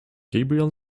gabriel